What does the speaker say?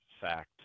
fact